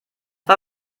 war